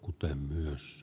kuten myös